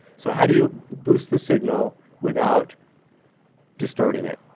so, how do you boost the signal without distorting it,